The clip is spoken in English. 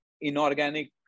inorganic